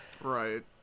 right